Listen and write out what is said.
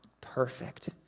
perfect